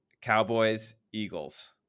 Cowboys-Eagles